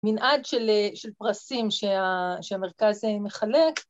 ‫מנעד של פרסים שהמרכז מחלק.